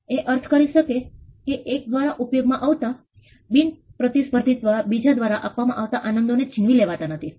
એ અર્થ કરી શકીએ કે એક દ્વારા ઉપયોગ માં આવતા બિન પ્રતિસ્પર્ધી બીજા દ્વારા આપવામાં આવતા આનંદોને છીનવી લેતા નથી